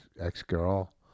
ex-girl